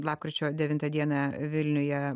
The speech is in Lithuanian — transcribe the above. lapkričio devintą dieną vilniuje